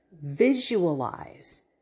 visualize